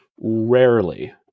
Rarely